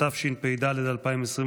התשפ"ד 2023,